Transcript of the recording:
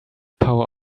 power